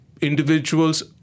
Individuals